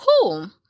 cool